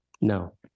No